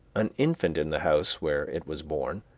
an infant in the house where it was born,